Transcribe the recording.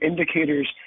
indicators